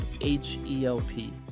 H-E-L-P